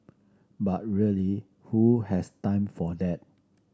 but really who has time for that